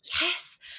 Yes